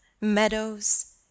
meadows